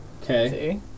Okay